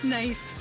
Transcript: nice